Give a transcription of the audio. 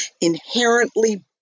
inherently